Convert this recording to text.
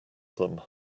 them